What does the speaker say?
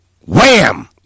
Wham